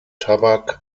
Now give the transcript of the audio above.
tabak